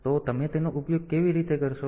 તો તમે તેનો ઉપયોગ કેવી રીતે કરશો